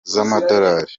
z’amadolari